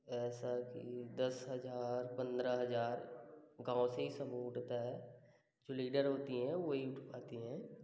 ऐसा कि दस हजार पंद्रह हजार गाँव से ही सब उठता है जो लीडर होती हैं वही उठवाती हैं